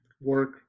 work